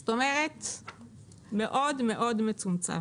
זאת אומרת שזה מאוד מצומצם.